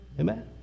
Amen